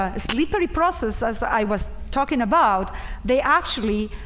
ah slippery process as i was talking about they actually